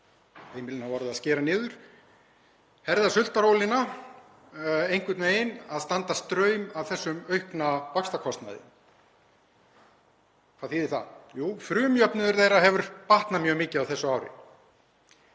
Heimilin hafa orðið að skera niður, herða sultarólina, standa einhvern veginn straum af þessum aukna vaxtakostnaði. Hvað þýðir það? Jú, frumjöfnuður þeirra hefur batnað mjög mikið á þessu ári.